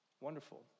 wonderful